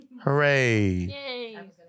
Hooray